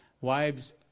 wives